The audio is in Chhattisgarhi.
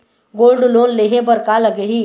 गोल्ड लोन लेहे बर का लगही?